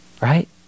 Right